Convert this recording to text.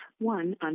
one